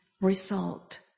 result